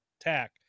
tack